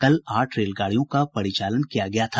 कल आठ रेलगाड़ियों का परिचालन किया गया था